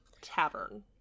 tavern